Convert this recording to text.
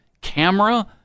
camera